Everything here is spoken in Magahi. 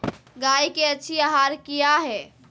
गाय के अच्छी आहार किया है?